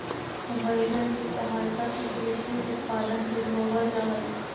wagon के सहायता से कृषि उत्पादन के ढोवल जा हई